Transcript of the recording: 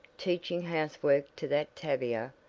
teachin' housework to that tavia,